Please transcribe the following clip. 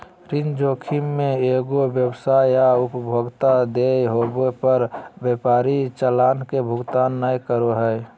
ऋण जोखिम मे एगो व्यवसाय या उपभोक्ता देय होवे पर व्यापारी चालान के भुगतान नय करो हय